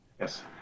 yes